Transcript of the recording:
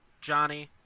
johnny